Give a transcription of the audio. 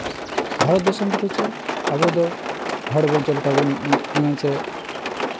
ᱵᱷᱟᱨᱚᱛ ᱫᱤᱥᱚᱢ ᱨᱮᱫᱚ ᱪᱮᱫ ᱟᱵᱚ ᱫᱚ ᱦᱚᱲ ᱵᱚᱱ ᱪᱮᱫ ᱞᱮᱠᱟ ᱵᱚᱱ ᱢᱟᱱᱮ ᱪᱮᱫ